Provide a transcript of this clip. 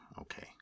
okay